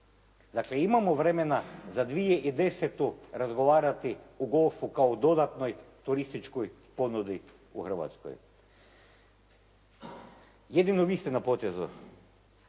Dakle imamo vremena za 2010. razgovarati o golfu kao dodatnoj turističkoj ponudi u Hrvatskoj. Jedino vi ste na potezu,